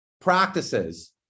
practices